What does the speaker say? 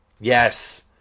Yes